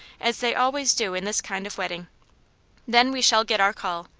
as they always do in this kind of wedding then we shall get our call.